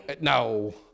no